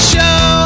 Show